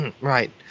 right